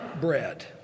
bread